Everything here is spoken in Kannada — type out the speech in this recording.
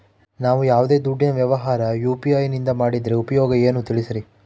ನಾವು ಯಾವ್ದೇ ದುಡ್ಡಿನ ವ್ಯವಹಾರ ಯು.ಪಿ.ಐ ನಿಂದ ಮಾಡಿದ್ರೆ ಉಪಯೋಗ ಏನು ತಿಳಿಸ್ರಿ?